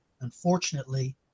Unfortunately